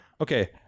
okay